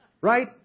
right